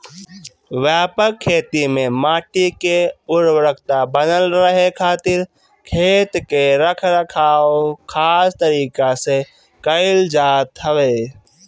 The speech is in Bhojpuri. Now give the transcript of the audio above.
व्यापक खेती में माटी के उर्वरकता बनल रहे खातिर खेत के रख रखाव खास तरीका से कईल जात हवे